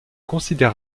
quantité